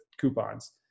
coupons